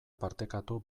partekatu